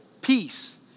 peace